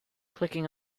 clicking